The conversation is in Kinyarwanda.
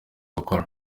gukora